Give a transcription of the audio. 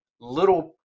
little